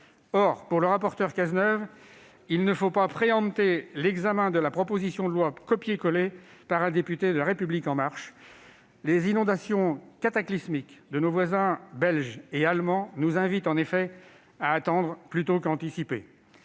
Selon le rapporteur Cazeneuve, il faut se garder de préempter l'examen de la proposition de loi copiée-collée par un député de La République En Marche ! Les inondations cataclysmiques qui frappent nos voisins belges et allemands nous invitent en effet à attendre plutôt qu'à anticiper